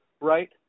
right